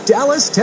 Dallas